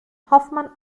hofmann